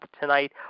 tonight